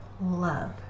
love